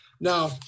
Now